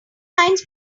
lines